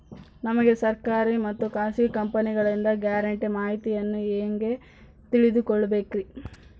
ನಮಗೆ ಸರ್ಕಾರಿ ಮತ್ತು ಖಾಸಗಿ ಕಂಪನಿಗಳಿಂದ ಗ್ಯಾರಂಟಿ ಮಾಹಿತಿಯನ್ನು ಹೆಂಗೆ ತಿಳಿದುಕೊಳ್ಳಬೇಕ್ರಿ?